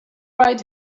right